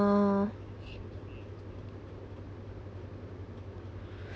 oh